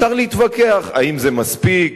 אפשר להתווכח האם זה מספיק,